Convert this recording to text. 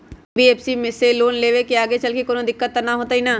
NBFC से loan लेबे से आगेचलके कौनो दिक्कत त न होतई न?